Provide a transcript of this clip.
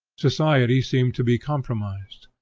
society seemed to be compromised.